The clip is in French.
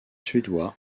suédois